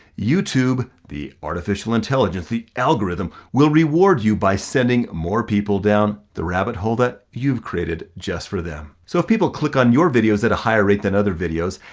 youtube, the artificial intelligence, the algorithm will reward you by sending more people down the rabbit hole that you've created just for them. so if people click on your videos at a higher rate than other videos,